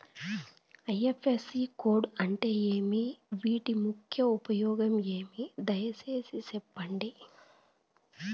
IFSC code అంటే ఏమి? వీటి ముఖ్య ఉపయోగం ఏమి? దయసేసి సెప్పండి?